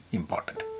important